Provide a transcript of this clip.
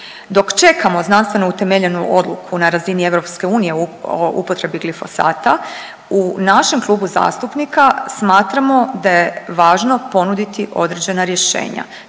Dok čekamo znanstveno utemeljenu odluku na razini EU o upotrebi glifosata u našem klubu zastupnika smatramo da je važno ponuditi određena rješenja,